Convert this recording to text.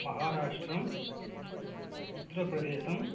Maharashtra Uttar Pradesh